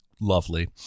lovely